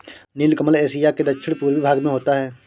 नीलकमल Asia के दक्षिण पूर्वी भाग में होता है